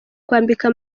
kwambika